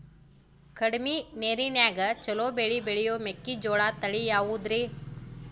ಕಡಮಿ ನೇರಿನ್ಯಾಗಾ ಛಲೋ ಬೆಳಿ ಬೆಳಿಯೋ ಮೆಕ್ಕಿಜೋಳ ತಳಿ ಯಾವುದ್ರೇ?